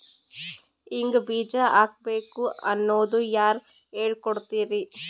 ಹಿಂಗ್ ಬೀಜ ಹಾಕ್ಬೇಕು ಅನ್ನೋದು ಯಾರ್ ಹೇಳ್ಕೊಡ್ತಾರಿ?